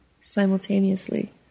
simultaneously